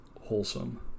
wholesome